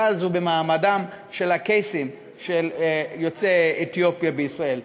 הזו במעמדם של הקייסים של יוצאי אתיופיה בישראל.